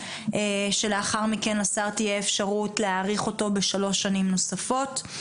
שלאחר מכן לשר תהיה אפשרות להאריך אותו בשלוש שנים נוספות,